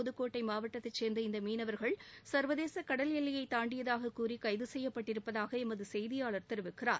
புதுக்கோட்டை மாவட்டத்தைச்சேர்ந்த இந்த மீனவர்கள் சர்வதேச கடல் எல்லையை தாண்டியதாக கூறி கைது செய்யப்பட்டிருப்பதாக எமது செய்தியாளர் தெரிவிக்கிறாார்